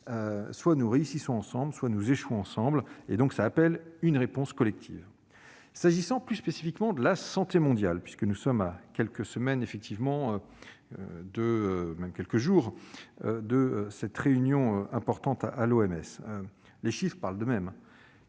soit nous réussissons ensemble, soit nous échouons ensemble. Cela appelle donc une réponse collective. S'agissant plus spécifiquement de la santé mondiale, puisque nous sommes à quelques jours de cette réunion importante à l'OMS, les chiffres parlent d'eux-mêmes